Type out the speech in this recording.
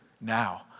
Now